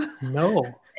No